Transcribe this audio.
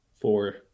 four